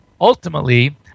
ultimately